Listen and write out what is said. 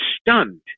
stunned